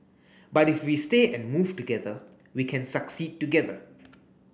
but if we stay and move together we can succeed together